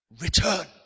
return